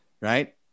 right